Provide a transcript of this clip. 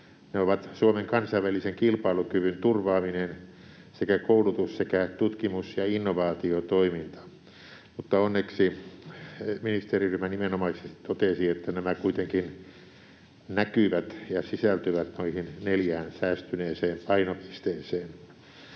Ne ovat Suomen kansainvälisen kilpailukyvyn turvaaminen sekä koulutus sekä tutkimus- ja innovaatiotoiminta. Mutta onneksi ministeriryhmä nimenomaisesti totesi, että nämä kuitenkin näkyvät ja sisältyvän noihin neljään säästyneeseen painopisteeseen.